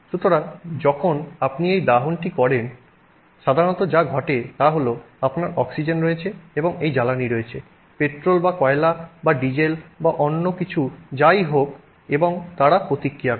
সুতরাং যখন আপনি এই দাহনটি করেন সাধারণত যা ঘটে তা হল আপনার অক্সিজেন রয়েছে এবং এই জ্বালানী রয়েছে পেট্রোল বা কয়লা বা ডিজেল বা অন্য কিছু যাই হোক এবং তারা প্রতিক্রিয়া করে